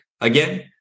Again